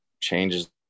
changes